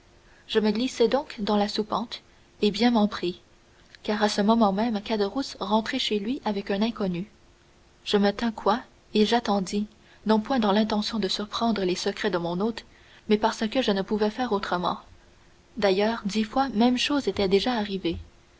je me glissai donc dans la soupente et bien m'en prit car à ce moment même caderousse rentrait chez lui avec un inconnu je me tins coi et j'attendis non point dans l'intention de surprendre les secrets de mon hôte mais parce que je ne pouvais faire autrement d'ailleurs dix fois même chose était déjà arrivée